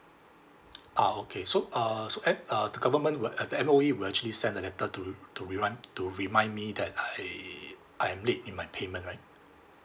ah okay so uh so act~ uh the government will a~ the M_O_E will actually send a letter to to remind to remind me that I I'm late in my payment right